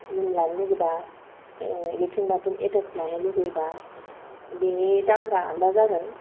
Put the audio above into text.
room लानो लुबैयोब्ला latrine bathroom एटास लानो लुबैयोब्ला बेनि दामफोरा आलदा जागोन